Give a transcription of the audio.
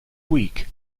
week